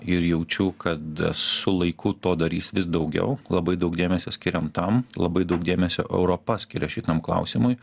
ir jaučiu kad su laiku to darys vis daugiau labai daug dėmesio skiriam tam labai daug dėmesio europa skiria šitam klausimui